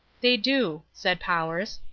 they do, said powers.